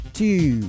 two